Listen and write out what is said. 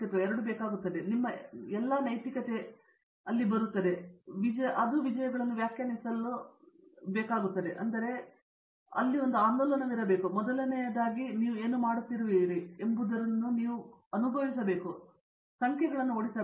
ಆದ್ದರಿಂದ ನಿಮ್ಮ ಎಲ್ಲ ನೈತಿಕತೆಗಳು ಮತ್ತು ಎಲ್ಲವೂ ಅಲ್ಲಿಗೆ ಬರುತ್ತವೆ ಮತ್ತು ನಾವು ಅವುಗಳ ವಿಜಯಗಳನ್ನು ವ್ಯಾಖ್ಯಾನಿಸಲು ಬಯಸುತ್ತೇವೆ ನಂತರ ಅದು ಆಹಾ ಆಂದೋಲನವಾಗಿರಬೇಕು ಮೊದಲನೆಯದಾಗಿ ನಾವು ಹೊರತುಪಡಿಸಿ ನೀವು ಏನು ಮಾಡುತ್ತಿರುವಿರಿ ಎಂಬುದರ ಬಗ್ಗೆ ಒಳ್ಳೆಯದನ್ನು ಅನುಭವಿಸುತ್ತಾರೆ ಮತ್ತು ಸಂಖ್ಯೆಗಳನ್ನು ಓಡಿಸಬೇಡಿ